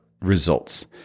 results